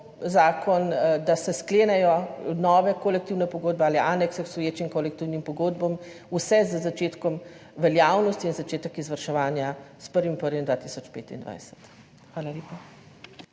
zakon, da se sklenejo nove kolektivne pogodbe ali aneksi k obstoječim kolektivnim pogodbam, vse z začetkom veljavnosti in začetkom izvrševanja s 1. 1. 2025. Hvala